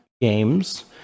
games